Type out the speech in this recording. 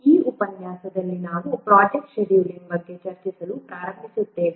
ಈ ಉಪನ್ಯಾಸದಲ್ಲಿ ನಾವು ಪ್ರಾಜೆಕ್ಟ್ ಶೆಡ್ಯೂಲಿಂಗ್ ಬಗ್ಗೆ ಚರ್ಚಿಸಲು ಪ್ರಾರಂಭಿಸುತ್ತೇವೆ